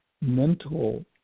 mental